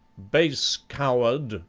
base coward,